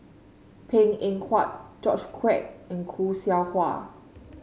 Png Eng Huat George Quek and Khoo Seow Hwa